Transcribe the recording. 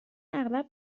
اغلب